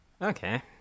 Okay